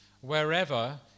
wherever